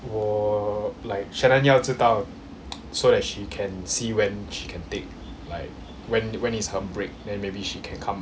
我 like shannon 要知道 so that she can see when she can take like when when is her break then maybe she can come